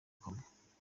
coma